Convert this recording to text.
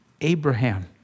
Abraham